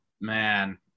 man